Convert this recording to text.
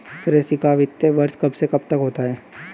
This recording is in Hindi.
कृषि का वित्तीय वर्ष कब से कब तक होता है?